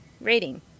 rating